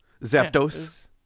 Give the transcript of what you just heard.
Zapdos